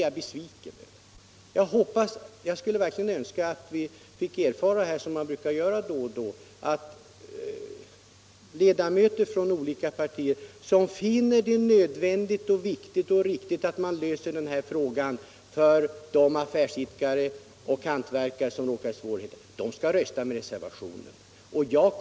Jag önskar att vi vid voteringen får notera — vi brukar då och då få göra det — att ledamöter från olika partier, som finner det nödvändigt, viktigt och riktigt att man löser den här frågan för de affärsidkare och hantverkare som råkar i svårigheter, röstar med reservationen.